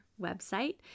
website